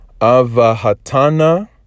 Avahatana